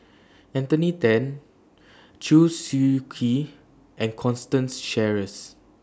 Anthony Then Chew Swee Kee and Constance Sheares